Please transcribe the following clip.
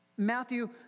Matthew